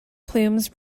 plumes